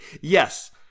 Yes